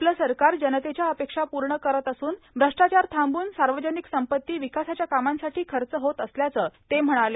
आपलं सरकार जनतेच्या अपेक्षा पूर्ण करत असून भ्रष्टाचार थांबून सार्वजनिक संपत्ती विकासाच्या कामांसाठी खर्च होत असल्याचं पंतप्रधानांनी नमूद केलं